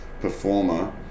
performer